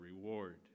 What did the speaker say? reward